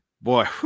Boy